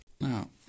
Now